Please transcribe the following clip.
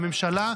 הממשלה,